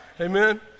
Amen